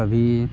कभी